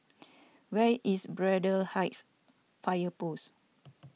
where is Braddell Heights Fire Post